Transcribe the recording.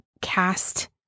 cast